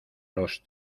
los